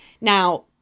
Now